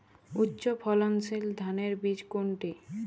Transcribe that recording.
উচ্চ ফলনশীল ধানের বীজ কোনটি?